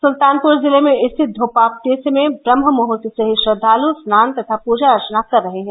सुल्तानपुर जिले में स्थित धोपाप तीर्थ में ब्रम्हमुहर्त से ही श्रद्वालू स्नान तथा पूजा अर्चना कर रहे हैं